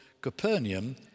Capernaum